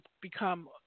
become